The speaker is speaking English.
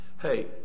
Hey